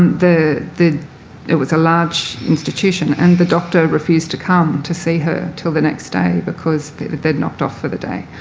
the the it was a large institution. and the doctor refused to come to see her until the next day because they'd knocked off for the day.